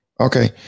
Okay